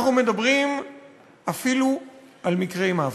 אנחנו מדברים אפילו על מקרי מוות.